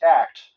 act